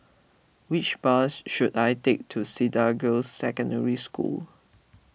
which bus should I take to Cedar Girls' Secondary School